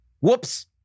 Whoops